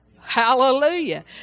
Hallelujah